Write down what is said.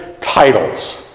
titles